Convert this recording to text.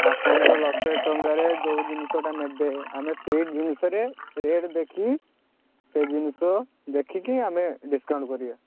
ଆପଣଙ୍କ ଲକ୍ଷେ ଟଙ୍କାରେ ଯୋଉ ଜିନିଷଟା ନେବେ ଆମେ ସେଇ ଜିନିଷରେ ରେଟ୍ ଦେଖି ସେଇ ଜିନିଷ ଦେଖିକି ଆମେ ଡିସକାଉଣ୍ଟ କରିବା